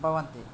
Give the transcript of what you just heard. भवन्ति